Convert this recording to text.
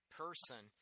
person